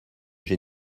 j’ai